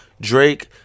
Drake